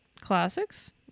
classics